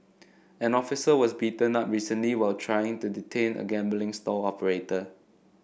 an officer was beaten up recently while trying to detain a gambling stall operator